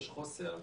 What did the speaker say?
יש חוסר.